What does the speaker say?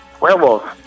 werewolves